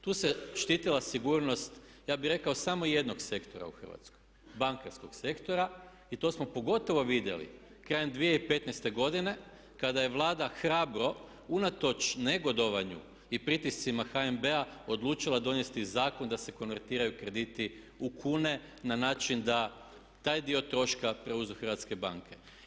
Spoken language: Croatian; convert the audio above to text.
Tu se štitila sigurnost, ja bih rekao samo jednog sektora u Hrvatskoj, bankarskog sektora i to smo pogotovo vidjeli krajem 2015. godine kada je Vlada hrabro unatoč negodovanju i pritiscima HNB-a odlučila donijeti zakon da se konvertiraju krediti u kune na način da taj dio troška preuzmu hrvatske banke.